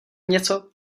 něco